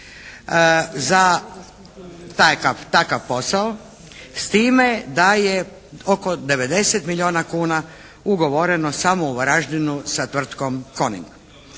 za takav posao s time da je oko 90 milijuna kuna ugovoreno samo u Varaždinu sa tvrtkom Coning.